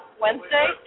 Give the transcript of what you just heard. Wednesday